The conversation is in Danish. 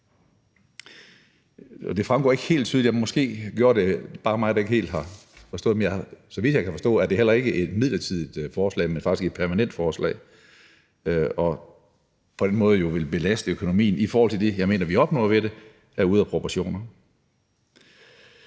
vi også er skudt ved siden af. Måske er det bare mig, der ikke helt har forstået det, men så vidt jeg kan forstå, er det heller ikke et forslag til noget midlertidigt, men faktisk til noget permanent, og på den måde vil det belaste økonomien. I forhold til det, jeg mener vi opnår ved det, er det ude af proportioner.